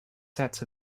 sets